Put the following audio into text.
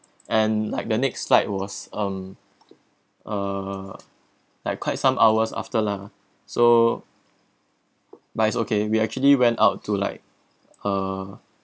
and like the next flight was um uh like quite some hours after lah so but it's okay we actually went out to like uh